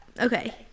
Okay